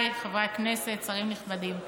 שרים נכבדים,